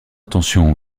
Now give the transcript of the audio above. intention